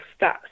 stats